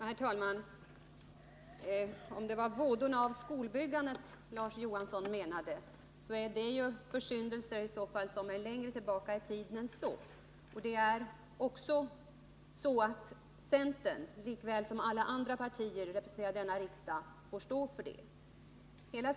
Herr talman! Om det va; vådorna av skolbyggandet som Larz Johansson syftade på, är det fråga om försyndelser som ligger ännu längre tillbaka i tiden och som centerpartiet lika väl som alla andra partier representerade här i riksdagen får ta ansvar för.